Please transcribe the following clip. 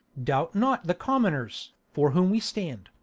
doubt not the commoners, for whom we stand,